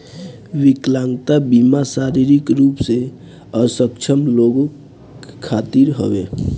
विकलांगता बीमा शारीरिक रूप से अक्षम लोग खातिर हवे